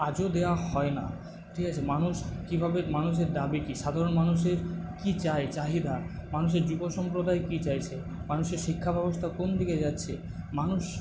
আজও দেওয়া হয় না ঠিক আছে মানুষ কীভাবে মানুষের দাবি কি সাধারণ মানুষের কি চায় চাহিদা মানুষের যুব সম্প্রদায় কি চাইছে মানুষের শিক্ষা ব্যবস্থা কোনদিকে যাচ্ছে মানুষ